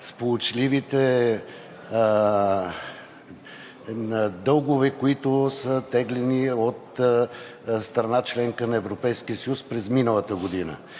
най-сполучливите дългове, които са теглени от страна – членка на Европейския съюз, през миналата година.